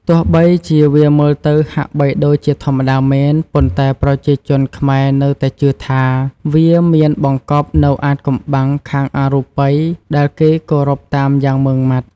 ទោះបីជាវាមើលទៅហាក់បីដូចជាធម្មតាមែន ប៉ុន្តែប្រជាជនខ្មែរនៅតែជឿថា វាមានបង្កប់នៅអាថ៌កំបាំងខាងអរូបិយដែលគេគោរពតាមយ៉ាងមុឺងមាត់។